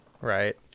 right